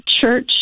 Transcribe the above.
church